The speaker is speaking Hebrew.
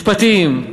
משפטים,